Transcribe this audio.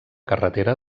carretera